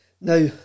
Now